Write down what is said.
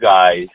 guys